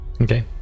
Okay